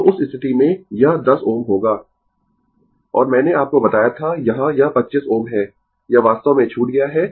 तो उस स्थिति में यह 10 Ω होगा और मैंने आपको बताया था यहां यह 25 Ω है यह वास्तव में छूट गया है